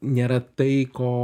nėra tai ko